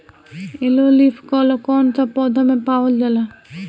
Yellow leaf curl कौन सा पौधा में पावल जाला?